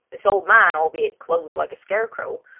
this old man, albeit clothed like a scarecrow,